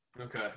okay